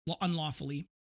Unlawfully